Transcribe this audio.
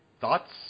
thoughts